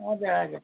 हजुर हजुर